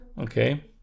Okay